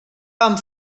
amb